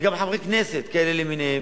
וגם חברי כנסת כאלה למיניהם,